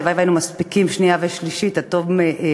הלוואי שהיינו מספיקים את השנייה והשלישית עד תום המושב,